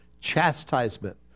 chastisement